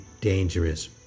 dangerous